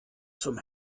zum